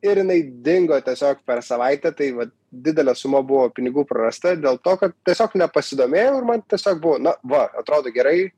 ir jinai dingo tiesiog per savaitę tai vat didelė suma buvo pinigų prarasta dėl to kad tiesiog nepasidomėjau ir man tiesiog buvo na va atrodo gerai